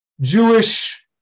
Jewish